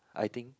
I think